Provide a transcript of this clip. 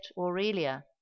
Aurelia